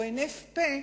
או הינף פה,